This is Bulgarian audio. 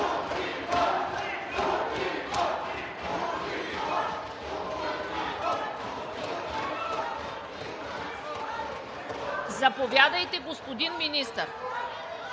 Заповядайте, господин Министър!